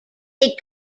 big